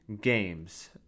games